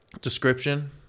description